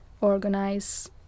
organize